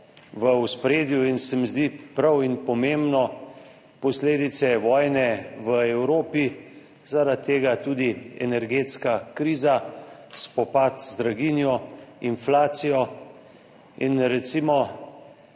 v ospredju, in se mi zdi prav in pomembno, posledice vojne v Evropi, zaradi tega tudi energetska kriza, spopad z draginjo, inflacijo. Recimo